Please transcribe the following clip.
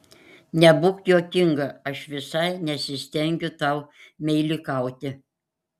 nebūk juokinga aš visai nesistengiu tau meilikauti